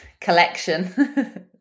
collection